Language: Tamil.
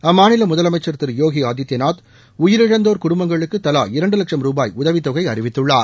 அம்மாநில முதலமைச்சன் திரு போகி ஆதித்யநாத் உயிரிழந்தோர் குடும்பங்களுக்கு தவா இரண்டு லட்சம் ரூபாய் உதவித்தொகை அறிவித்துள்ளார்